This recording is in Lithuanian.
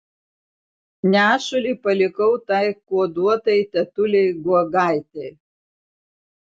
nešulį palikau tai kuoduotai tetulei guogaitei